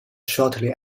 shortly